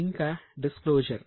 ఇంకా డిస్క్లోజర్